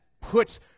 puts